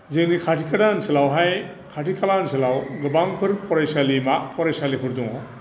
जोंनि खाथि खाला ओनसोलावहाय खाथि खाला ओनसोलाव गोबांफोर फरायसालिमा फरायसालिफोर दङ